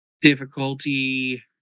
Difficulty